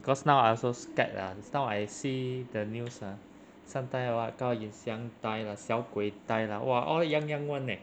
because now I also scared ah now I see the news ah some time hor 高以翔 die lah 小鬼 die lah !wah! all young young [one] eh